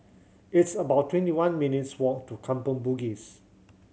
it's about twenty one minutes' walk to Kampong Bugis